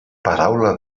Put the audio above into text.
paraula